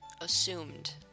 assumed